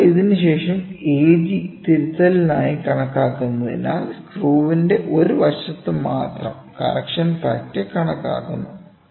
അതിനാൽ ഇതിനുശേഷം AG തിരുത്തലിനായി കണക്കാക്കുന്നതിനാൽ സ്ക്രൂവിന്റെ ഒരു വശത്ത് മാത്രം കറക്ഷൻ ഫാക്ടർ കണക്കാക്കുന്നു